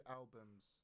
albums